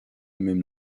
même